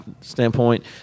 standpoint